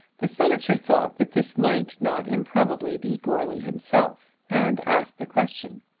the senator thought that this might not improbably be goarly himself, and asked the question,